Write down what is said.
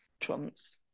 trumps